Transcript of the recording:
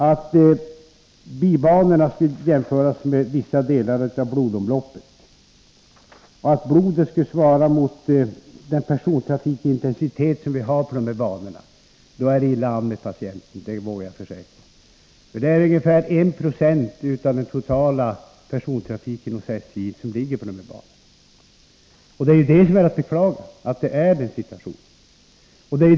Om bibanorna kunde jämföras med vissa delar av blodomloppet och om blodet skulle vara den persontrafikintensitet som vi har på dessa banor, då står det illa till med patienten. Det är ungefär 1 26 av den totala persontrafiken hos SJ som ligger på dessa banor.